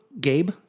Gabe